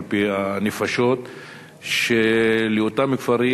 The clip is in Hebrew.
על-פי הנפשות של אותם כפרים,